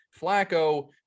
Flacco